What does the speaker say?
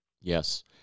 Yes